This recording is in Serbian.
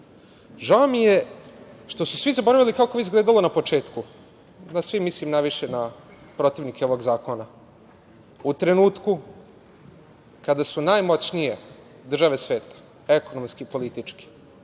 mi što su svi zaboravili kako je izgledalo na početku, mislim najviše na protivnike ovog zakona. U trenutku kada su najmoćnije države sveta ekonomski, politički,